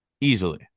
Easily